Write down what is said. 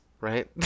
right